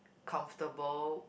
comfortable